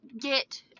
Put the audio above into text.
get